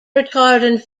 retardant